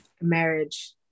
marriage